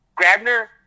Grabner